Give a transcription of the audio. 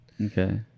Okay